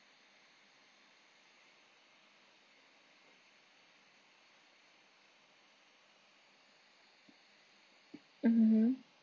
mmhmm